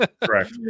correct